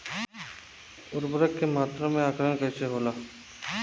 उर्वरक के मात्रा में आकलन कईसे होला?